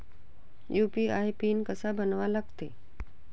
UPI PIN कसा बनवा लागते?